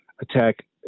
attack